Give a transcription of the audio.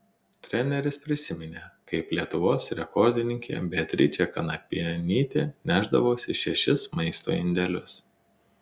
treneris prisiminė kaip lietuvos rekordininkė beatričė kanapienytė nešdavosi šešis maisto indelius